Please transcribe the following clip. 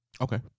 Okay